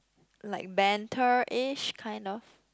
like banteris kind of